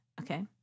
Okay